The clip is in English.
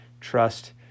trust